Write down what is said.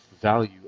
value